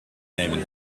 nemen